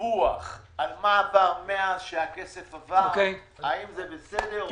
דיווח על מה עבר מאז שהכסף עבר האם זה בסדר?